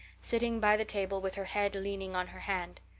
sitting by the table with her head leaning on her hand.